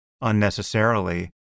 unnecessarily